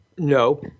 No